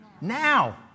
Now